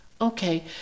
okay